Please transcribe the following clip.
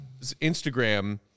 Instagram